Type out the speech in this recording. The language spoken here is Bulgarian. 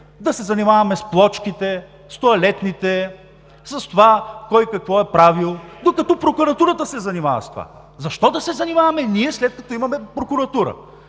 да се занимаваме с плочките, с тоалетните, с това кой какво е правил, докато прокуратурата се занимава с това. Защо да се занимаваме ние, след като имаме прокуратура?